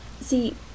See